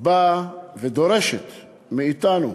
באה ודורשת מאתנו,